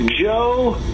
Joe